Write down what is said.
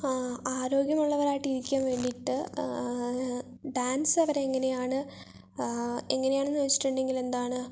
ആരോഗ്യമുള്ളവരായിട്ട് ഇരിക്കാൻ വേണ്ടിയിട്ട് ഡാൻസ് അവരെങ്ങനെയാണ് എങ്ങനെയാണെന്ന് വച്ചിട്ടുണ്ടെങ്കിൽ എന്താണ്